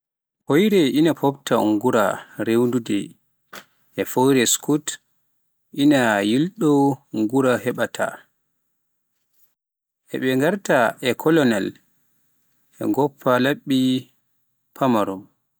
Fooyre ina moofta unngura rewnude e fooyre Scout inaa yilɗoo ngura heɓata, he ɓe ngarta e kolonal, ɓe ngoppa laɓɓi pamaron